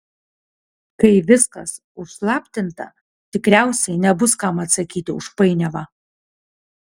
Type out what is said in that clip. kai viskas užslaptinta tikriausiai nebus kam atsakyti už painiavą